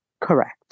Correct